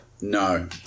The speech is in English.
No